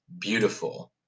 beautiful